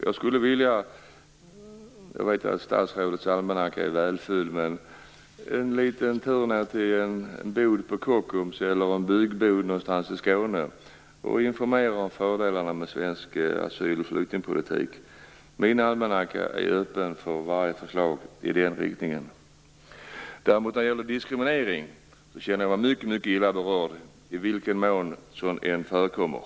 Jag vet att statsrådets almanacka är välfylld, men det finns nog plats för en liten tur ned till en bod på Kockums eller en byggbod någonstans i Skåne för att informera om fördelarna med svensk asyl och flyktingpolitik. Min almanacka är öppen för varje förslag i den riktningen. Diskriminering känner jag mig mycket illa berörd av, på vilket sätt den än förekommer.